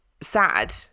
sad